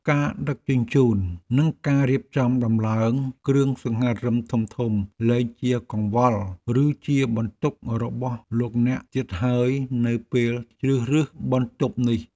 ការដឹកជញ្ជូននិងការរៀបចំដំឡើងគ្រឿងសង្ហារិមធំៗលែងជាកង្វល់ ឬជាបន្ទុករបស់លោកអ្នកទៀតហើយនៅពេលជ្រើសរើសបន្ទប់នេះ។